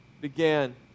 began